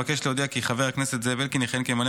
אבקש להודיע כי חבר הכנסת זאב אלקין יכהן כממלא